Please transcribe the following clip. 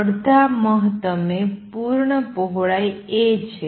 અડધા મહત્તમ એ પૂર્ણ પહોળાઈ A છે